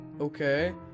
Okay